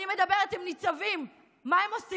אני מדברת עם ניצבים, מה הם עושים?